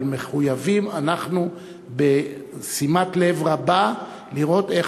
אבל מחויבים אנחנו בשימת לב רבה לראות איך